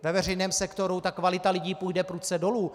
Ve veřejném sektoru kvalita lidí půjde prudce dolů.